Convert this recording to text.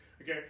Okay